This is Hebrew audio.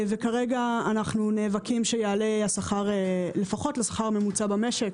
כרגע אנחנו נאבקים שהשכר יעלה לפחות לשכר הממוצע במשק,